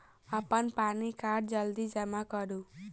अप्पन पानि कार्ड जल्दी जमा करू?